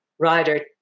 Rider